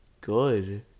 good